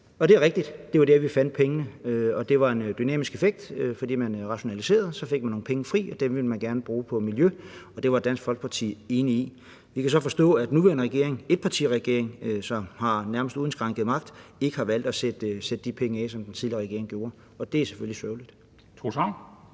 Det er rigtigt, at det var der, vi fandt pengene, og det var en dynamisk effekt; fordi man rationaliserede, fik man nogle penge fri, og dem ville man gerne bruge på miljø, og det var Dansk Folkeparti enige i. Vi kan så forstå, at den nuværende regering, etpartiregeringen, som har nærmest uindskrænket magt, ikke har valgt at sætte de penge af, som den tidligere regering gjorde, og det er selvfølgelig sørgeligt. Kl.